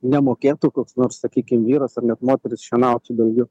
nemokėtų koks nors sakykim vyras ar net moteris šienauti dalgiu